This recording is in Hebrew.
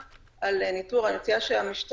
את כל יתר השאלות אני אשאל בהמשך,